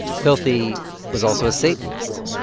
filthy was also a satanist,